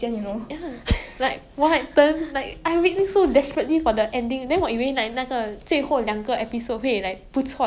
then all those times where they say 那种 you know at the start in the middle part the climax right then they will say like !wah! 这个问题不能解决 like 很难 solve 很难 solve